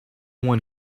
one